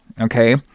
okay